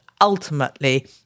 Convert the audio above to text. ultimately